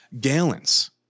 gallons